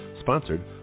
Sponsored